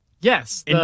Yes